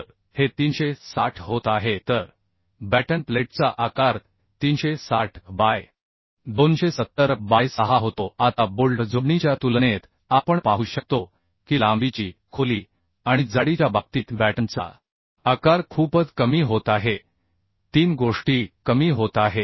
तर हे 360 होत आहे तर बॅटन प्लेटचा आकार 360 बाय 270 बाय 6 होतो आता बोल्ट जोडणीच्या तुलनेत आपण पाहू शकतो की लांबीची खोली आणि जाडीच्या बाबतीत बॅटनचा आकार खूपच कमी होत आहे तीन गोष्टी कमी होत आहेत